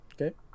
Okay